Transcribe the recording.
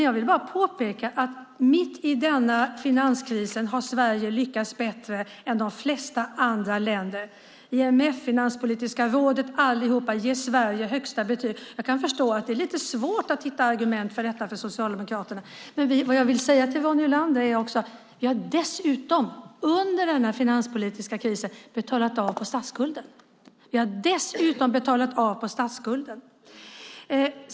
Jag vill bara påpeka att Sverige, mitt i denna finanskris, har lyckats bättre än de flesta andra länder. IMF och Finanspolitiska rådet, allihop, ger Sverige högsta betyg. Jag kan förstå att det är lite svårt att hitta argument för detta för Socialdemokraterna. Men vad jag vill säga till Ronny Olander är också att vi dessutom, under denna finanspolitiska kris, har betalat av på statsskulden.